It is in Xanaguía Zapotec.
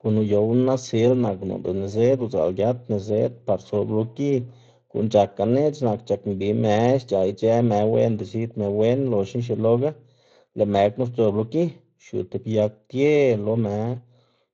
guꞌn uyowná nasil nak noꞌnda nizëd udzaꞌl giat. Nizëd par sob lo gi guꞌn c̲h̲ak ganeꞌc̲h̲ nak c̲h̲ak mbi më xc̲h̲aꞌ ic̲h̲ë më wenda x̱id më wen, loxna xieloga lëꞌ më knu sdzob lo gi, xiu tib yag ptie lo më,